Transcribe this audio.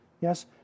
Yes